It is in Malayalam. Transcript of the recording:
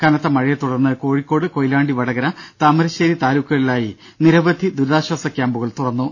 കനത്ത മഴയെ തുടർന്ന് കോഴിക്കോട്കൊയിലാണ്ടി വടകര താമരശ്ശേരി താലൂക്കുകളിലായി നിരവധി ദുരിതാശ്വാസ ക്യാമ്പുകൾ തുറന്നു